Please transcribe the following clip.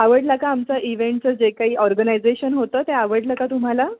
आवडला का आमचं इव्हेंटचं जे काही ऑर्गनायजेशन होतं ते आवडलं का तुम्हाला